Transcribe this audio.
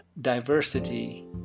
Diversity